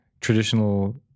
traditional